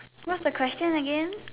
what's the question again